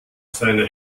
seiner